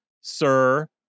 sir